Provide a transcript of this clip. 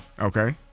Okay